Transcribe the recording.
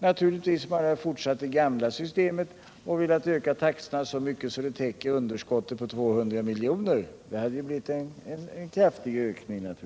Hade man fortsatt med det gamla systemet och velat höja taxorna så mycket att man skulle täcka underskottet på 200 miljoner hade det naturligtvis blivit kraftiga ökningar.